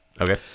okay